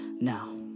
now